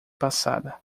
passada